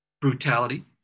brutality